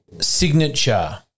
signature